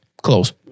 Close